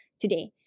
today